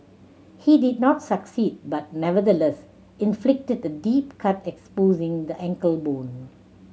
he did not succeed but nevertheless inflicted a deep cut exposing the ankle bone